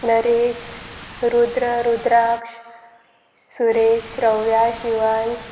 Naresh Rudra Rudraksh Suresh Shravya Shivansh